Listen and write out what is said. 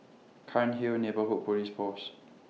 Cairnhill Neighbourhood Police Post